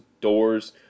doors